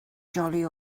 jolly